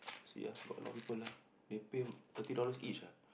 see ah got a lot people lah they pay thirty dollars each ah